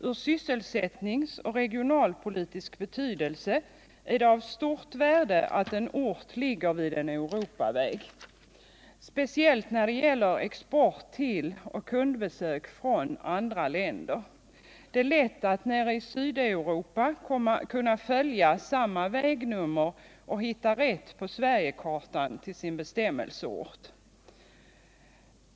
Från sysselsättningsoch regionalpolitisk synpunkt är det av stort värde att en ort ligger vid en Europaväg — speciellt när det gäller export till och kundbesök från andra länder. Det är lätt att nere i Sydeuropa följa samma vägnummer och på Sverigekartan hitta fram till sin bestämmelseort.